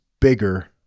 bigger